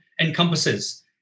encompasses